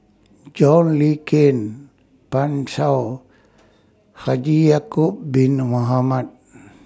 John Le Cain Pan Shou Haji Ya'Acob Bin Mohamed